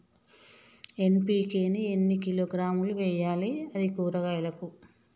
NPK ని ఎన్ని కిలోగ్రాములు వెయ్యాలి? అది కూరగాయలకు?